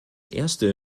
erste